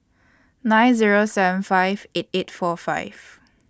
nine Zero seven five eight eight four five